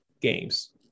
games